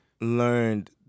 learned